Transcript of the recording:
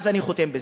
אני חותם בזה.